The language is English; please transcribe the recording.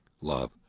love